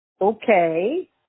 Okay